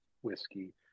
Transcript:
whiskey